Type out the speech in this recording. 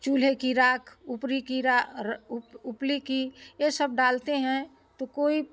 चूल्हे की राख उपली की रा उपली की यह सब डालते हैं तो कोई